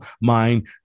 mind